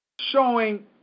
showing